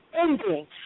ending